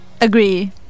Agree